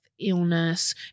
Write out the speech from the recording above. illness